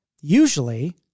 usually